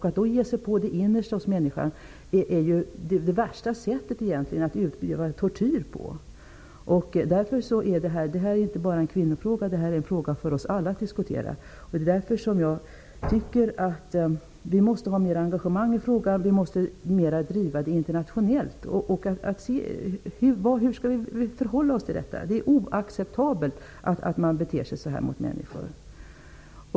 Att ge sig på det innersta hos människan är det värsta sättet att utöva tortyr på. Därför är detta inte bara en kvinnofråga. Det är en fråga att diskutera för oss alla. Det är därför jag tycker att vi måste ha mer engagemang i frågan. Vi måste driva den mer internationellt. Hur skall vi förhålla oss till detta? Det är oacceptabelt att man beter sig så här mot människor.